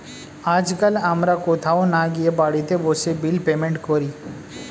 আজকাল আমরা কোথাও না গিয়ে বাড়িতে বসে বিল পেমেন্ট করি